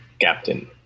Captain